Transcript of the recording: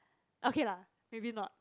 okay lah maybe not